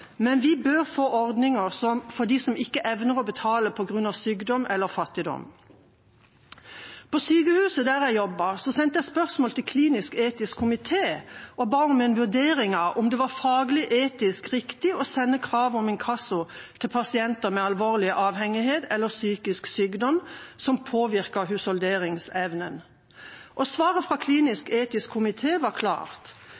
men vi bør få ordninger for dem som ikke evner å betale på grunn av sykdom eller fattigdom. På sykehuset der jeg jobbet, sendte jeg spørsmål til klinisk etisk komité og ba om en vurdering av om det var faglig-etisk riktig å sende krav om inkasso til pasienter med alvorlig avhengighet eller psykisk sykdom som påvirket husholderingsevnen. Svaret fra